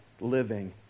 living